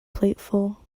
plateful